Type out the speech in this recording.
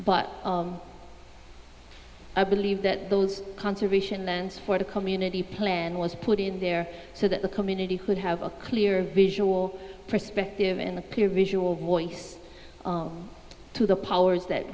but i believe that those conservation lands for the community plan was put in there so that the community could have a clear visual perspective in the peer visual voice to the powers that